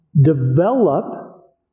develop